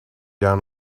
down